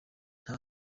nta